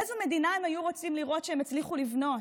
איזו מדינה הם היו רוצים לראות שהם הצליחו לבנות?